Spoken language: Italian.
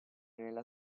nella